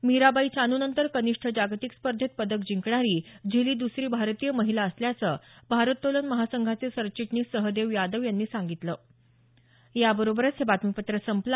मीराबाई चानू नंतर कनिष्ठ जागतिक स्पर्धेत पदक जिंकणारी झिली दुसरी भारतीय महिला असल्याचं भारोत्तोलन महासंघाचे सरचिटणीस सहदेव यादव यांनी सांगितलं